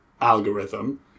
algorithm